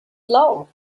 floor